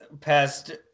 past